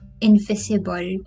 invisible